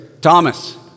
Thomas